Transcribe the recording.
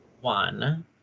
One